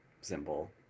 symbol